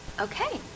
Okay